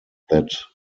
that